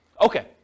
Okay